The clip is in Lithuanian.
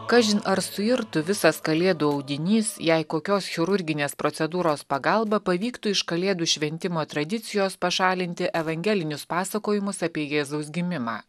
kažin ar suirtų visas kalėdų audinys jei kokios chirurginės procedūros pagalba pavyktų iš kalėdų šventimo tradicijos pašalinti evangelinius pasakojimus apie jėzaus gimimą